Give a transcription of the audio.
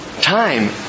time